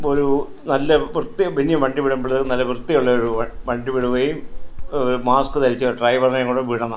ഒരു നല്ല വൃത്തിയും ഇനിയും വണ്ടി വിടുമ്പോൾ നല്ല വൃത്തിയുള്ള ഒരു വണ്ടി വിടുകയും ഒരു മാസ്ക്ക് ധരിച്ച ഒരു ഡ്രൈവറിനേം കൂടെ വിടണം